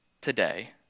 today